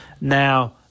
Now